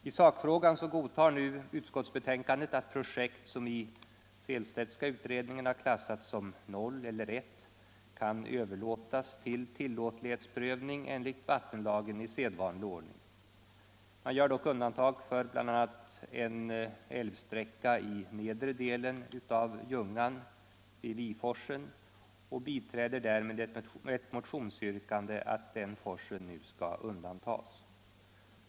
I sakfrågan godtar nu utskottsbetänkandet att ett projekt som i den Sehlstedtska utredniagen har klassats som 0 eller 1 kan överlåtas till tillåtlighetsprövning enligt vattenlagen i sedvanlig ordning. Man gör dock undantag för bl.a. en älvsträcka i nedre delen av Ljungan, Viforsen, och biträder därmed ett motionsyrkande att den forsen nu skall undantas.